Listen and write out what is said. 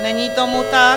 Není tomu tak.